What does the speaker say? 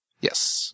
Yes